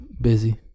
Busy